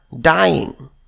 dying